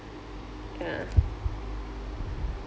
ya